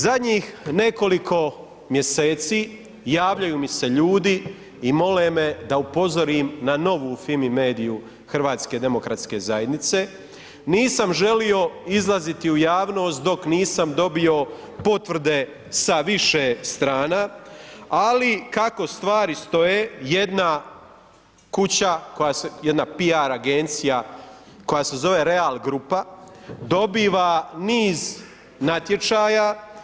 Zadnjih nekoliko mjeseci javljaju mi se ljudi i mole me da upozorim na novu FIMI-MEDIA-u HDZ-a, nisam želio izlaziti u javnost dok nisam dobio potvrde sa više strana ali kako stvari stoje jedna kuća, jedna PR agencija koja se zove Real grupa dobiva niz natječaja.